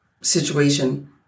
situation